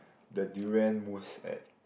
the durian mousse at